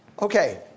Okay